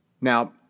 Now